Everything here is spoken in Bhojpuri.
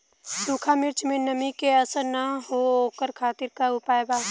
सूखा मिर्चा में नमी के असर न हो ओकरे खातीर का उपाय बा?